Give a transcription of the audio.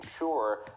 ensure